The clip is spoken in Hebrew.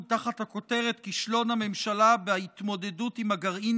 תחת הכותרת "כישלון הממשלה בהתמודדות עם הגרעין